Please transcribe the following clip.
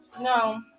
No